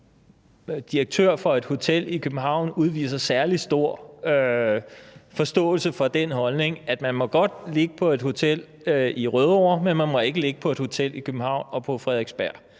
direktør for et hotel i København udviser særlig stor forståelse for den holdning, at man godt må ligge på et hotel i Rødovre, men man må ikke ligge på et hotel i København og på Frederiksberg